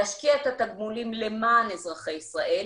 להשקיע את התקבולים למען אזרחי ישראל,